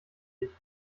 ich